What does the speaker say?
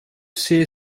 say